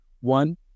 One